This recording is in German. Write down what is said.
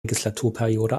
legislaturperiode